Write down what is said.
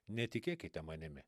netikėkite manimi